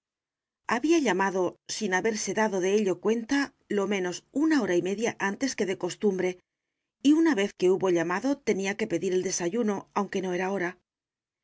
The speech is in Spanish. había llamado sin haberse dado de ello cuenta lo menos hora y media antes que de costumbre y una vez que hubo llamado tenía que pedir el desayuno aunque no era hora